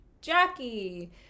Jackie